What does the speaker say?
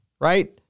right